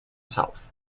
south